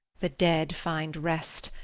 the dead find rest,